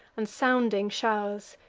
and sounding show'rs.